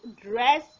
dress